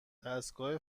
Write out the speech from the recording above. دستگاه